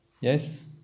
yes